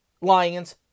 Lions